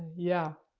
yeah.